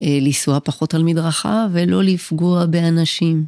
לנסוע פחות על מדרכה ולא לפגוע באנשים.